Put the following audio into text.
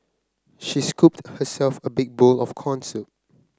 she scooped herself a big bowl of corn soup